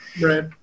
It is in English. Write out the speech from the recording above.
Right